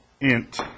Int